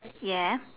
ya